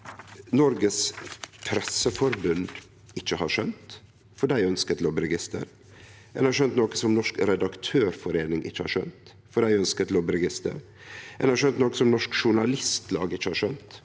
Norsk Presseforbund ikkje har skjønt, for dei ønskjer eit lobbyregister. Ein har skjønt noko som Norsk Redaktørforening ikkje har skjønt, for dei ønskjer eit lobbyregister. Ein har skjønt noko som Norsk Journalistlag ikkje har skjønt,